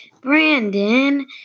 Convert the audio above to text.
Brandon